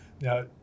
Now